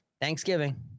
Thanksgiving